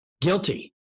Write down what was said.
guilty